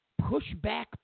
pushback